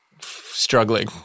struggling